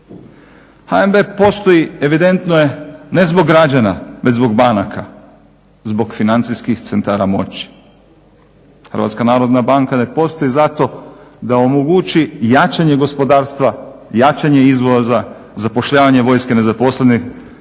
HNB postoji, evidentno je, ne zbog građana već zbog banaka, zbog financijskih centara moći. HNB ne postoji zato da omogući jačanje gospodarstva, jačanje izvoza, zapošljavanje nezaposlenih